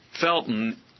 felton